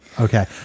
Okay